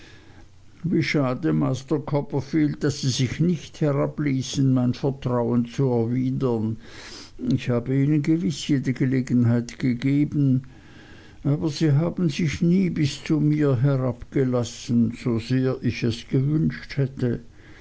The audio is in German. wie schade master copperfield daß sie sich nicht herabließen mein vertrauen zu erwidern ich habe ihnen gewiß jede gelegenheit gegeben aber sie haben sich nie bis zu mir herabgelassen so sehr ich es gewünscht hätte